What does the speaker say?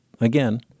Again